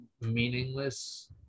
meaningless